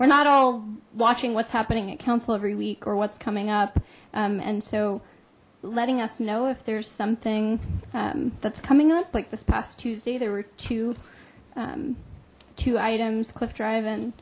we're not all watching what's happening at council every week or what's coming up and so letting us know if there's something that's coming up like this past tuesday there were two two items cliff driv